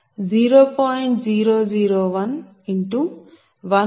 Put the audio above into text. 001159